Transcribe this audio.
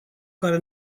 care